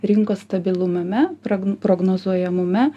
rinkos stabilumume pra prognozuojamume